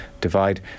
divide